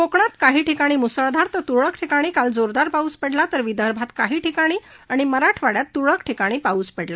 कोकणात काही ठिकाणी म्सळधार तर त्रळक ठिकाणी काल जोरदार पाऊस पडला तर विदर्भात काही ठिकाणी आणि मराठवाड्यात त्रळक ठिकाणी पाऊस पडला